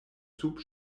sub